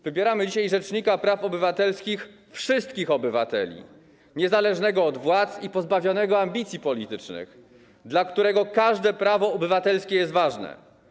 Wybieramy dzisiaj rzecznika praw obywatelskich wszystkich obywateli, niezależnego od władz i pozbawionego ambicji politycznych, dla którego każde prawo obywatelskie jest ważne.